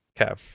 Okay